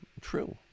true